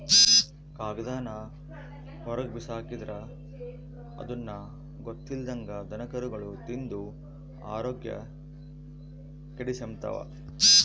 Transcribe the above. ಕಾಗದಾನ ಹೊರುಗ್ಬಿಸಾಕಿದ್ರ ಅದುನ್ನ ಗೊತ್ತಿಲ್ದಂಗ ದನಕರುಗುಳು ತಿಂದು ಆರೋಗ್ಯ ಕೆಡಿಸೆಂಬ್ತವ